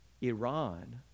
Iran